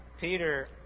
Peter